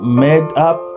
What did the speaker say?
made-up